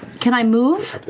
can i move?